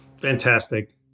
Fantastic